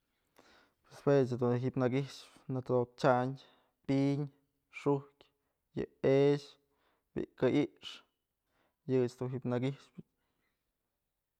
Pues jue dun ji'ib jak i'ixpë nëdo'okë chyandë, piñ, xujtyë, yë e'ex, bi'i kë'ix, yëch dun ji'ib jak i'ixpë.